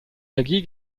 energie